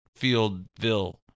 Fieldville